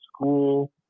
school